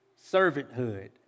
Servanthood